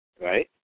right